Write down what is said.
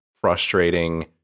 frustrating